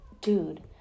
dude